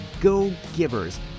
go-givers